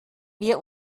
wir